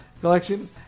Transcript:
collection